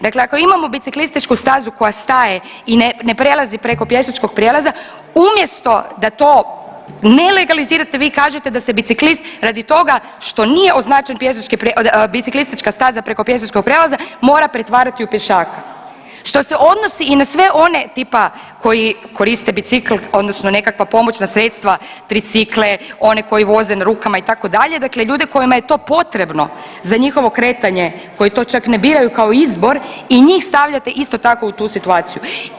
Dakle, ako imamo biciklističku stazu koja staje i ne prelazi preko pješačkog prijelaza umjesto da to ne legalizirate vi kažete da se biciklist radi toga što nije označena biciklistička staza preko pješačkog prijelaza mora pretvarati u pješaka što se odnosi i na sve one tipa koji koriste bicikl odnosno neka pomoćna sredstva tricikle, oni koji voze na rukama itd. dakle ljude kojima je to potrebno za njihovo kretanje koji to čak ne biraju kao izbor i njih stavljate isto tako u tu situaciju.